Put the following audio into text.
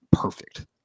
perfect